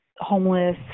homeless